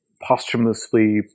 posthumously